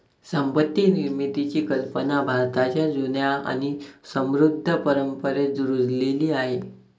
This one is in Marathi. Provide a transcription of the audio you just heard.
संपत्ती निर्मितीची कल्पना भारताच्या जुन्या आणि समृद्ध परंपरेत रुजलेली आहे